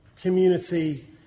community